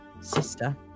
sister